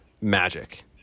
magic